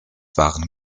waren